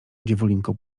dziewulinko